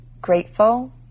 Grateful